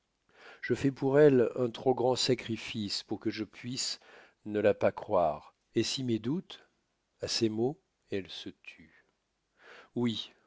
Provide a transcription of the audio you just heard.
je fais pour elle un trop grand sacrifice pour que je puisse ne la pas croire et si mes doutes à ces mots elle se tut oui